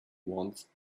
ones